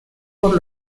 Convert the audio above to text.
por